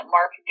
Mark